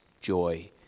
joy